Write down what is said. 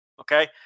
Okay